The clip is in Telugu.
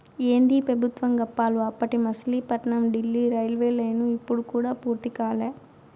ఏందీ పెబుత్వం గప్పాలు, అప్పటి మసిలీపట్నం డీల్లీ రైల్వేలైను ఇప్పుడు కూడా పూర్తి కాలా